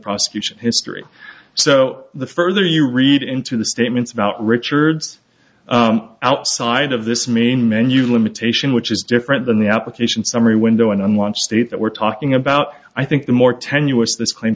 prosecution history so the further you read into the statements about richard's outside of this main menu limitation which is different than the application summary window and on one state that we're talking about i think the more tenuous